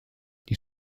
die